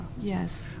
yes